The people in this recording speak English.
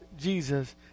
Jesus